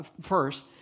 first